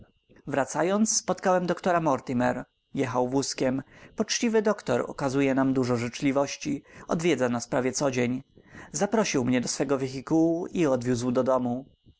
wracając spotkałem doktora mortimer jechał wózkiem poczciwy doktor okazuje nam dużo życzliwości odwiedza nas prawie codzień zaprosił mnie do swego wehikułu i odwiózł do domu